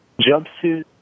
jumpsuit